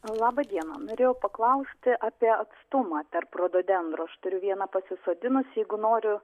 laba diena norėjau paklausti apie atstumą tarp rododendrų aš turiu vieną pasisodinus jeigu noriu